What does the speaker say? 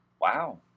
Wow